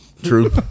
True